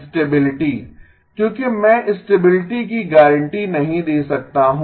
stability क्योंकि मैं stability की गारंटी नहीं दे सकता हूं